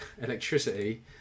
electricity